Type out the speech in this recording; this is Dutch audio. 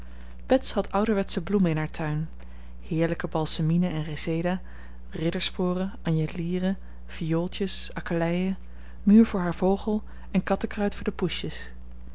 had ouderwetsche bloemen in haar tuin heerlijke balsemienen en reseda riddersporen anjelieren viooltjes akeleien muur voor haar vogel en kattekruid voor de poesjes